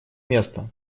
место